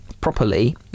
properly